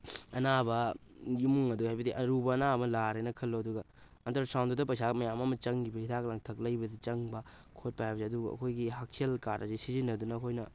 ꯑꯅꯥꯕ ꯏꯃꯨꯡ ꯑꯗꯣ ꯍꯥꯏꯕꯗꯤ ꯑꯔꯨꯕ ꯑꯅꯥꯕ ꯅꯥꯔꯦꯅ ꯈꯜꯂꯣ ꯑꯗꯨꯒ ꯑꯜꯇ꯭ꯔꯥ ꯁꯥꯎꯟꯗꯨꯗ ꯄꯩꯁꯥ ꯃꯌꯥꯝ ꯑꯃ ꯆꯪꯈꯤꯕ ꯍꯤꯗꯥꯛ ꯂꯥꯡꯊꯛ ꯂꯩꯕꯗ ꯆꯪꯕ ꯈꯣꯠꯄ ꯍꯥꯏꯕꯁꯤ ꯑꯗꯨꯒ ꯑꯩꯈꯣꯏꯒꯤ ꯍꯛꯁꯦꯜ ꯀꯥꯔꯗ ꯑꯁꯤ ꯁꯤꯖꯟꯅꯗꯨꯅ ꯑꯩꯈꯣꯏꯅ